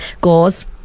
Gauze